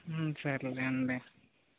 సర్లే అండి